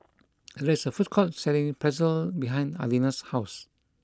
there is a food court selling Pretzel behind Adina's house